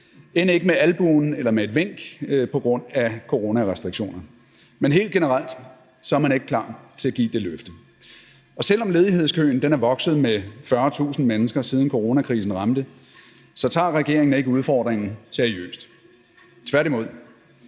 end ikke med albuen eller med et vink på grund af coronarestriktioner. Men helt generelt så er man ikke klar til at give det løfte. Og selv om ledighedskøen er vokset med 40.000 mennesker, siden coronakrisen ramte, så tager regeringen ikke udfordringen seriøst. Tværtimod.